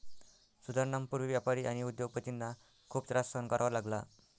सुधारणांपूर्वी व्यापारी आणि उद्योग पतींना खूप त्रास सहन करावा लागला